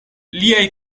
liaj